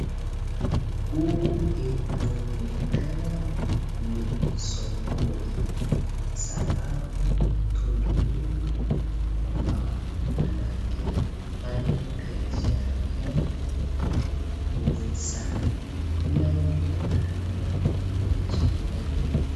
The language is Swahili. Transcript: Huu inaonekana ni sokoni, kwa sababu watu ni wengi ambao wanafanya biashara yao kwa nguvu sana, kila mtu anang'ang'ana kufanya biashara yake.